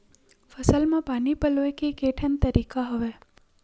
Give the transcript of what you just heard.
फसल म पानी पलोय के केठन तरीका हवय?